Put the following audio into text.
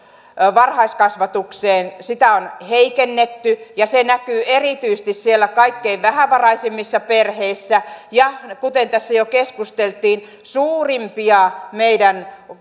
varhaiskasvatukseen on heikennetty ja se näkyy erityisesti siellä kaikkein vähävaraisimmissa perheissä ja kuten tässä jo keskusteltiin suurimpia meidän